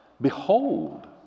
Behold